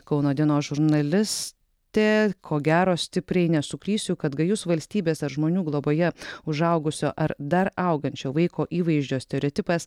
kauno dienos žurnalistė ko gero stipriai nesuklysiu kad gajus valstybės ar žmonių globoje užaugusio ar dar augančio vaiko įvaizdžio stereotipas